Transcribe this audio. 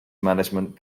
management